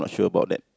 sure about that